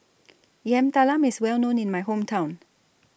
Yam Talam IS Well known in My Hometown